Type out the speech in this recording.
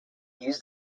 used